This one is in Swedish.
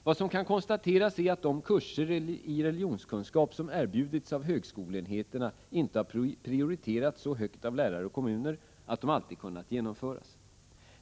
Vad som kan konstateras är att de kurser i religionskunskap som erbjudits av högskoleenheterna inte har prioriterats så högt av lärare och kommuner att de alltid kunnat genomföras.